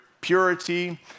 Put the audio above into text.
purity